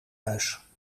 huis